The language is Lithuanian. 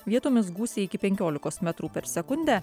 vietomis gūsiai iki penkiolikos metrų per sekundę